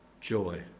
joy